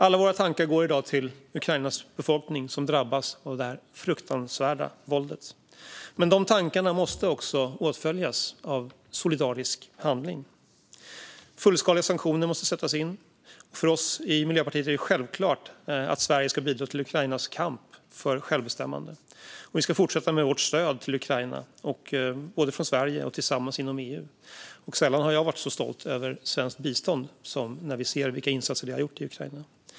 Alla våra tankar går i dag till Ukrainas befolkning, som drabbas av detta fruktansvärda våld. Men dessa tankar måste också åtföljas av solidarisk handling. Fullskaliga sanktioner måste sättas in. För oss i Miljöpartiet är det självklart att Sverige ska bidra till Ukrainas kamp för självbestämmande. Sverige ska fortsätta med sitt stöd till Ukraina, både från Sverige och tillsammans inom EU. Sällan har jag varit så stolt över svenskt bistånd som när jag ser vilka insatser Sverige har gjort i Ukraina.